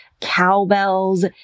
cowbells